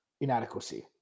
inadequacy